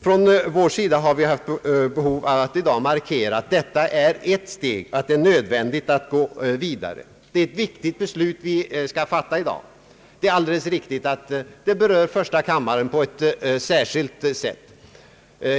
Från vår sida har vi haft behov av att i dag markera att det beslut som nu skall fattas innebär ett steg, men att det är nödvändigt att gå vidare. Det är ett viktigt beslut vi skall fatta i dag, och det är alldeles riktigt att det berör första kammaren på ett särskilt sätt.